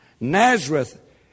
Nazareth